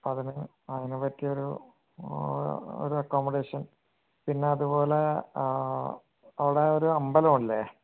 അതിന് അതിന് പറ്റിയ ഒരു ആ ഒരു അക്കോമഡേഷൻ പിന്നെ ആ അതുപോലെ അവിടെ ഒരു അമ്പലം ഇല്ലേ